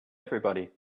everybody